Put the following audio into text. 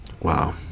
Wow